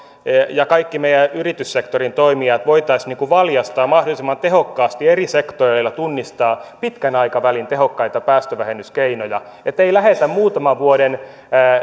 ja kaikki meidän yrityssektorin toimijat valjastaa mahdollisimman tehokkaasti eri sektoreilla tunnistamaan pitkän aikavälin tehokkaita päästövähennyskeinoja niin että ei lähdetä muutaman vuoden